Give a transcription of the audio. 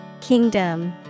Kingdom